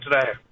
today